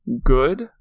good